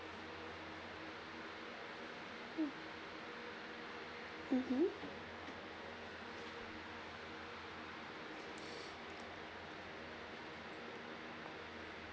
mmhmm